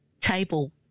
table